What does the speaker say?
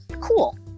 cool